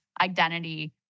identity